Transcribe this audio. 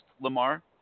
Lamar